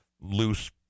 loose